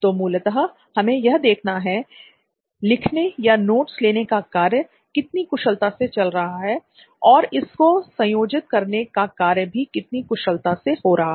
तो मूलतः हमें यह देखना है लिखने या नोट्स लेने का कार्य कितनी कुशलता से चल रहा है और इनको संयोजित करने का कार्य भी कितनी कुशलता से हो रहा है